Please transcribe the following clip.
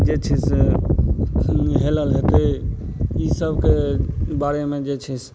जे छै से हेलल हेतै ई सबके बारे मे जे छै से